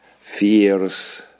fears